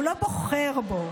הוא לא בוחר בו,